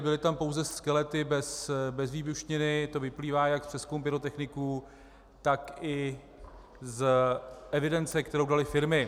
Byly tam pouze skelety bez výbušniny, to vyplývá jak z přezkumu pyrotechniků, tak i z evidence, kterou daly firmy.